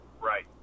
right